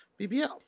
BBL